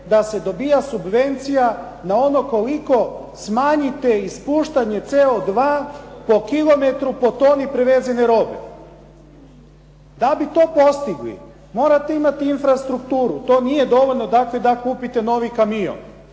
da se dobija subvencija na ono koliko smanjite ispuštanje CO2 po kilometru po toni prevezene robe. Da bi to postigli, morate imati infrastrukturu, to nije dovoljno dakle da kupite novi kamion.